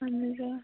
اَہَن حظ آ